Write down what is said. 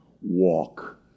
walk